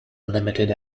limited